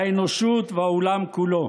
האנושות והעולם כולו.